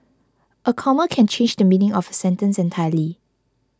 a comma can change the meaning of a sentence entirely